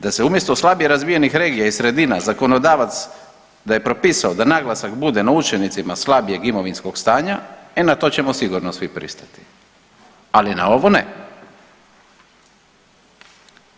Da se umjesto slabije razvijenih regija i sredina zakonodavac, da je propisao da naglasak bude na učenicima slabijeg imovinskog stanja, e na to ćemo sigurno svi pristati, ali na ovo ne.